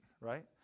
right